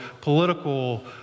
political